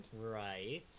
Right